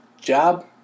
job